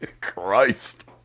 Christ